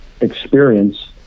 experience